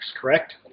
correct